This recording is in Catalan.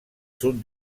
sud